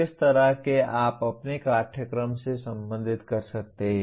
किस तरह से आप अपने पाठ्यक्रम से संबंधित कर सकते हैं